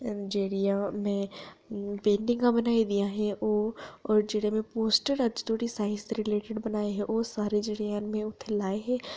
जेह्ड़ियां में पेंटिंगा बनाई दियां हियां ओह् जेह्ड़े पोस्टर में अज्ज धोड़ी साईंस दे रिलेटड बनाए हे ओह् सारे जेह्ड़े हैन में उत्थै लाए हे